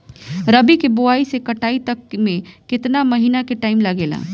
रबी के बोआइ से कटाई तक मे केतना महिना के टाइम लागेला?